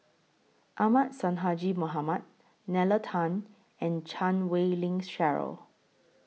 Ahmad Sonhadji Mohamad Nalla Tan and Chan Wei Ling Cheryl